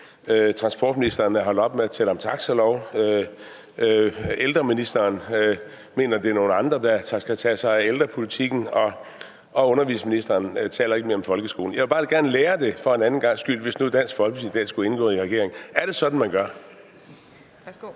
transportministeren er holdt op med at tale om taxalov; ældreministeren mener, det er nogle andre, der skal tage sig af ældrepolitikken; og undervisningsministeren taler ikke mere om folkeskolen. Jeg vil bare gerne lære det for en anden gangs skyld, hvis nu Dansk Folkeparti en dag skulle indgå i en regering: Er det sådan, man gør?